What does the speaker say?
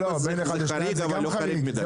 בין אחד לשניים זה לא חריג אבל בין שלוש לארבע זה חריג.